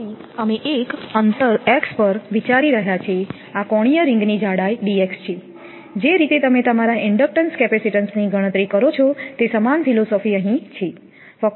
તેથી અમે એક અંતર x પર વિચારી રહ્યા છીએ આ કોણીય રીંગની જાડાઈ dx છે જે રીતે તમે તમારા ઇન્ડક્ટન્સ કેપેસિટીન્સની ગણતરી કરો છો તે સમાન ફિલસૂફી અહીં છે